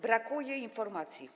Brakuje informacji.